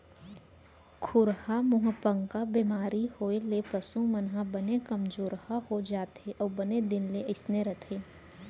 खुरहा मुहंपका बेमारी होए ले पसु मन बने कमजोरहा हो जाथें अउ बने दिन ले अइसने रथें